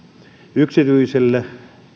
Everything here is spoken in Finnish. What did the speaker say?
yksityiselle